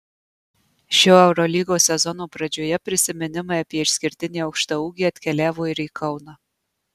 šio eurolygos sezono pradžioje prisiminimai apie išskirtinį aukštaūgį atkeliavo ir į kauną